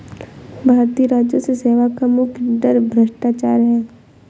भारतीय राजस्व सेवा का मुख्य डर भ्रष्टाचार है